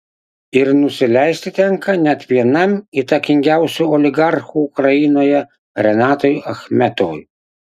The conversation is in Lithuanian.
ir nusileisti tenka net vienam įtakingiausių oligarchų ukrainoje renatui achmetovui